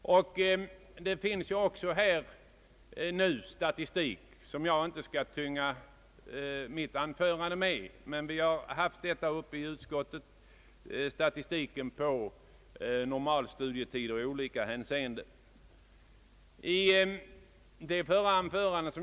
Det finns ju också numera statistik som jag inte skall tynga mitt anförande med, men vi har i utskottet haft uppe statistiken över normalstudietider i olika hänseenden, även den ger en mycket negativ bild.